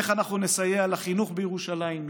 איך נסייע לחינוך בירושלים,